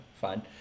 fine